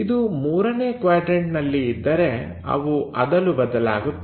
ಇದು ಮೂರನೇ ಕ್ವಾಡ್ರನ್ಟನಲ್ಲಿ ಇದ್ದರೆ ಅವು ಅದಲು ಬದಲಾಗುತ್ತವೆ